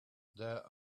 there